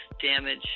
damage